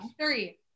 Three